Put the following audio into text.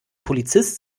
polizist